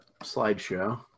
slideshow